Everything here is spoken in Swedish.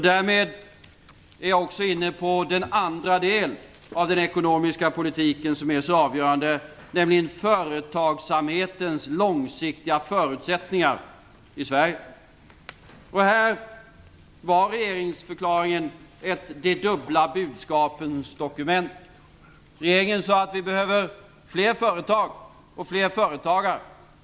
Därmed är jag också inne på den andra den av den ekonomiska politiken som är så avgörande, nämligen företagsamhetens långsiktiga förutsättningar i Sverige. Här var regeringsförklaringen ett de dubbla budskapens dokument. Regeringen sade att vi behöver fler företag och fler företagare.